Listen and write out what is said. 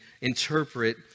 interpret